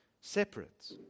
separate